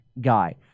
guy